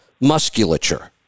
musculature